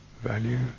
value